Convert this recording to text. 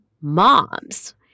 moms